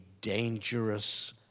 dangerous